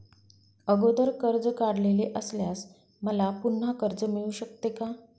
अगोदर कर्ज काढलेले असल्यास मला पुन्हा कर्ज मिळू शकते का?